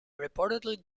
reportedly